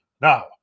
Now